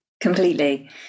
Completely